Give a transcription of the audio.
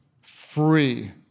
free